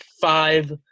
five